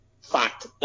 Fact